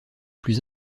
plus